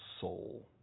soul